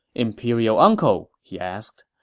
imperial uncle, he asked,